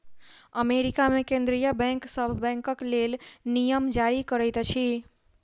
America मे केंद्रीय bank सभ बैंकक लेल नियम जारी करैत अछि